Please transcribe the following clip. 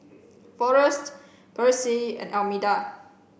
forest Percy and Almeda